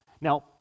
Now